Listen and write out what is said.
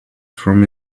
from